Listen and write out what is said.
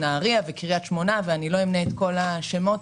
נהריה וקריית שמונה ולא אמנה את כל השמות,